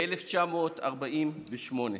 ב-1948.